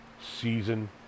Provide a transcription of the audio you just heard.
season